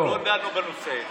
לא דנו בנושא.